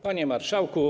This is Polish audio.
Panie Marszałku!